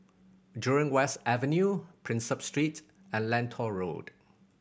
Jurong West Avenue Prinsep Street and Lentor Road